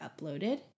uploaded